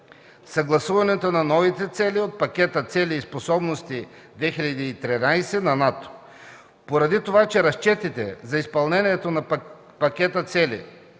съгласуването на новите цели от пакета „Цели за способностите 2013” на НАТО. Поради това, че разчетите за изпълнението на пакета цели